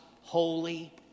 holy